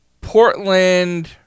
Portland